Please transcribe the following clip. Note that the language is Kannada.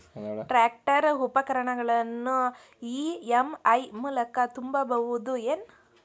ಟ್ರ್ಯಾಕ್ಟರ್ ಉಪಕರಣಗಳನ್ನು ಇ.ಎಂ.ಐ ಮೂಲಕ ತುಂಬಬಹುದ ಏನ್?